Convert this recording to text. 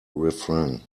refrain